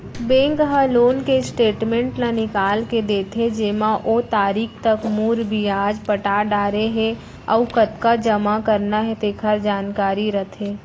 bank ह loan के statement ल निकाल के देथे जेमा ओ तारीख तक मूर, बियाज पटा डारे हे अउ कतका जमा करना हे तेकर जानकारी रथे